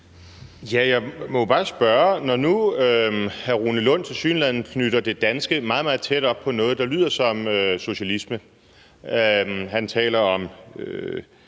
Jeg må jo bare spørge: Når nu hr. Rune Lund tilsyneladende knytter det danske meget, meget tæt op på noget, der lyder som socialisme – han taler om